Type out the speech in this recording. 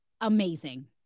amazing